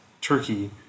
Turkey